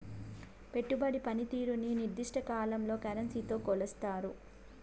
పెట్టుబడి పనితీరుని నిర్దిష్ట కాలంలో కరెన్సీతో కొలుస్తారు